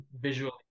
visually